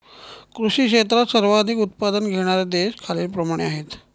कृषी क्षेत्रात सर्वाधिक उत्पादन घेणारे देश खालीलप्रमाणे आहेत